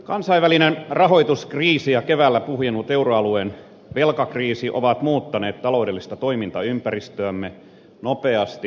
kansainvälinen rahoituskriisi ja keväällä puhjennut euroalueen velkakriisi ovat muuttaneet taloudellista toimintaympäristöämme nopeasti ja voimakkaasti